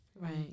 Right